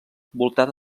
voltada